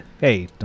Hey